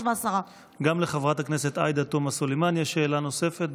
15:10. גם לחברת הכנסת עאידה תומא סלימאן יש שאלה נוספת.